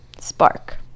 spark